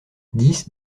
dix